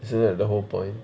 isn't that the whole point